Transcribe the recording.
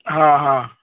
ಹಾಂ ಹಾಂ